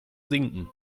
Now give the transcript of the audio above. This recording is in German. sinken